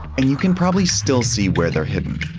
and you can probably still see where they're hidden.